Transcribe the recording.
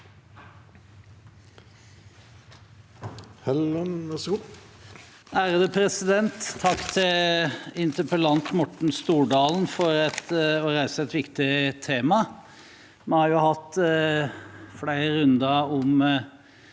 (H) Takk til interpel- lant Morten Stordalen for å reise et viktig tema. Vi har hatt flere runder om